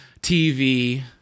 TV